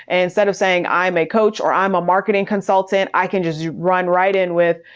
and instead of saying, i'm a coach or i'm a marketing consultant, i can just run right in with,